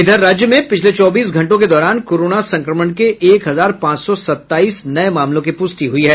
इधर राज्य में पिछले चौबीस घंटों के दौरान कोरोना संक्रमण के एक हजार पांच सौ सत्ताईस नये मामलों की पुष्टि हुई है